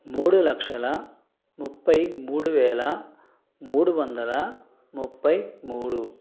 మూడులక్షల ముప్పైమూడువేల మూడువందల ముప్పైమూడు